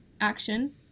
action